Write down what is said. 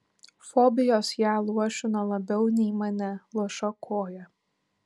fobijos ją luošino labiau nei mane luoša koja